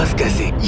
guessing.